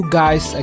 guys